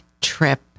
trip